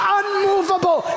unmovable